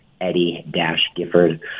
Eddie-Gifford